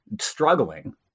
struggling